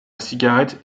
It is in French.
cigarette